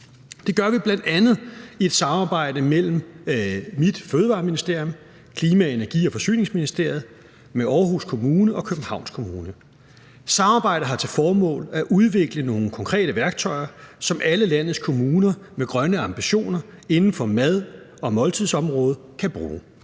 Det gør vi bl.a. i et samarbejde mellem mit Fødevareministerium, Klima-, Energi- og Forsyningsministeriet, Aarhus Kommune og Københavns Kommune. Samarbejdet har til formål at udvikle nogle konkrete værktøjer, som alle landets kommuner med grønne ambitioner inden for mad- og måltidsområdet kan bruge.